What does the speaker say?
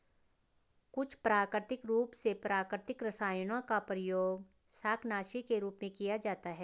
कुछ प्राकृतिक रूप से प्राप्त रसायनों का प्रयोग शाकनाशी के रूप में किया जाता है